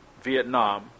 Vietnam